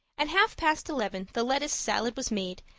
at half past eleven the lettuce salad was made,